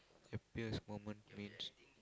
happiest moment means